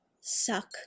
suck